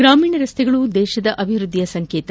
ಗಾಮೀಣ ರಸ್ತೆಗಳು ದೇಶದ ಅಭಿವೃದ್ಧಿಯ ಸಂಕೇತ